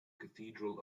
cathedral